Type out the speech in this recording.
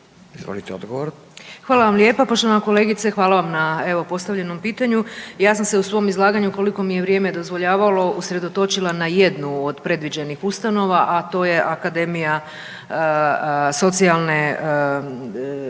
Vesna (HDZ)** Hvala vam lijepo poštovana kolegice. Hvala vam evo na postavljenom pitanju. Ja sam se u svom izlaganju koliko mi je vrijeme dozvoljavalo usredotočila na jednu od predviđenih ustanova, a to je Akademija socijalne